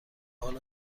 حالا